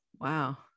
wow